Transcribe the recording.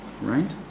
Right